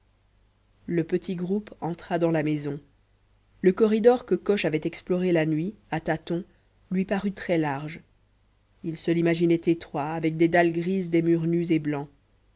le petit groupe entra dans la maison le corridor que coche avait exploré la nuit à tâtons lui parut très large il se l'imaginait étroit avec des dalles grises des murs nus et blancs